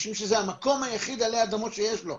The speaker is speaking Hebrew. משום שזה המקום היחיד עלי אדמות שיש לו,